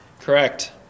Correct